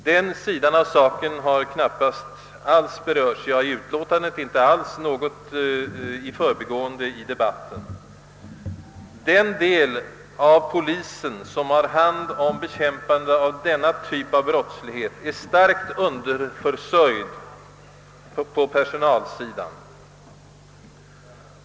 Den sidan av saken har inte alls berörts i utskottsutlåtandet och endast i förbigående under debatten här. Den del av polisen som har hand om bekämpandet av denna typ av brottslighet är starkt underförsörjd på personalsidan.